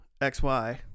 XY